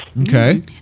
Okay